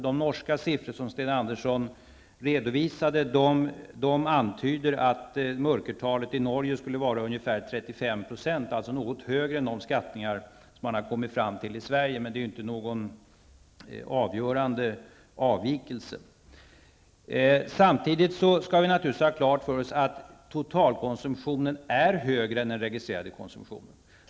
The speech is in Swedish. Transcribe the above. De norska siffror Sten Andersson redovisade antyder att mörkertalet i Norge skulle vara ungefär 35 %, alltså något högre än de skattningar man kommit fram till i Sverige, men det är inte någon avgörande avvikelse. Samtidigt skall vi naturligtvis ha klart för oss att totalkonsumtionen är högre än den registrerade konsumtionen.